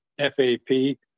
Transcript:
FAP